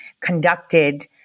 conducted